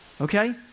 Okay